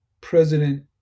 president